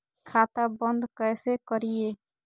खाता बंद कैसे करिए?